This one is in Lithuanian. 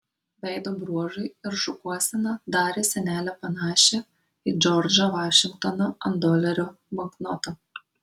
veido bruožai ir šukuosena darė senelę panašią į džordžą vašingtoną ant dolerio banknoto